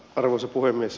arvoisa puhemies